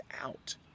out